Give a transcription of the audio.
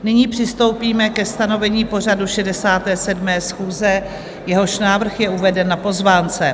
Nyní přistoupíme ke stanovení pořadu 67. schůze, jehož návrh je uveden na pozvánce.